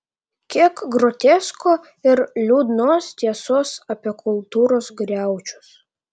kiek grotesko ir liūdnos tiesos apie kultūros griaučius